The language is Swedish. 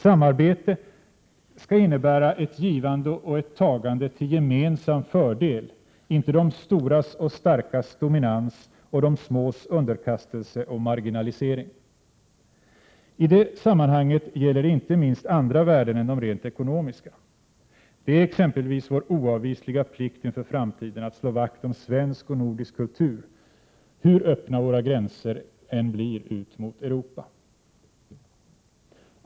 Samarbete skall innebära ett givande och ett tagande till gemensam fördel — inte de stora och starkas dominans och de smås underkastelse och marginalisering. I det sammanhanget gäller det inte minst andra värden än de rent ekonomiska. Det är exempelvis vår oavvisliga plikt inför framtiden att slå vakt om svensk och nordisk kultur, hur öppna våra gränser än blir ut mot Europa.